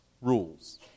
rules